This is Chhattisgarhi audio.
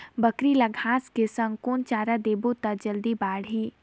बकरी ल घांस के संग कौन चारा देबो त जल्दी बढाही?